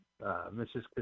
Mrs